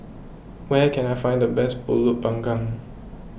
where can I find the best Pulut Panggang